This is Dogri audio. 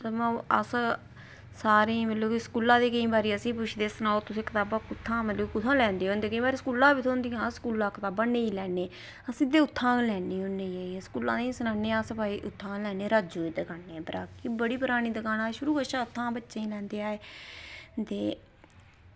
सगुआं ओह् अस सारें ई मतलब कि स्कूला आह्ले केईं बारी असेंगी पुच्छदे कि सनाओ तुस कताबां कुत्थां मतलब कुत्थां लैंदे होंदे केईं बारी स्कूला बी थ्होंदियां अस स्कूला कताबां नेईं लैने अस सिद्धे उत्थां गै लैने होन्ने जाइयै स्कूलां आह्लें गी सनाना की अस भई उत्थां राजू दी दुकाना परा की बड़ी परानी दकान ऐ शुरू थमां गै अस उत्थां बच्चे दी लैंदे आये ते